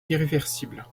irréversible